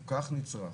כל כך נצרך,